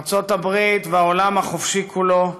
ארצות-הברית והעולם החופשי כולו,